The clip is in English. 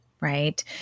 Right